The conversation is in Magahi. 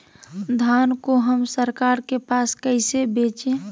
धान को हम सरकार के पास कैसे बेंचे?